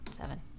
Seven